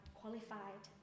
qualified